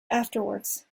afterwards